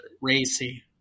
Racy